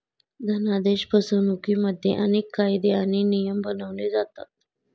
धनादेश फसवणुकिमध्ये अनेक कायदे आणि नियम बनवले जातात